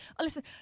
listen